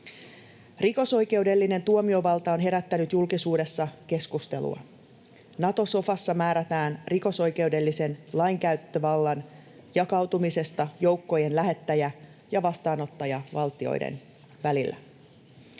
Rikosoikeudellinen tuomiovalta on herättänyt julkisuudessa keskustelua. Nato-sofassa määrätään rikosoikeudellisen lainkäyttövallan jakautumisesta joukkojen lähettäjä- ja vastaanottajavaltioiden välillä.